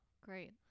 Great